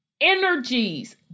energies